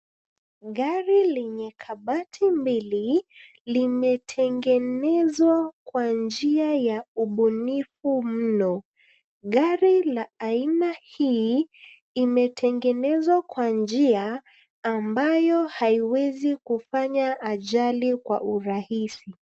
Gari lenye kabati mbili, limetengezwa kwa njia ya ubunifu mno. Gari la aina hii, imetengenezwa kwa njia, ambayo haiwezi kufanya ajali kwa urahisi.